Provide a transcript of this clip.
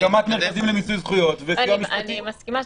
--- אני מסכימה,